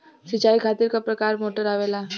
सिचाई खातीर क प्रकार मोटर आवेला?